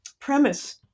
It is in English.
premise